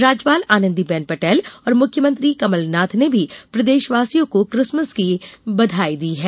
राज्यपाल आनंदी बेन पटले और मुख्यमंत्री कमलनाथ ने भी प्रदेशवासियों को किसमस की बधाई दी है